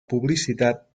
publicitat